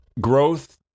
growth